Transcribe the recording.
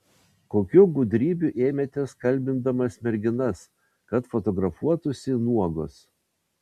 kokių gudrybių ėmėtės kalbindamas merginas kad fotografuotųsi nuogos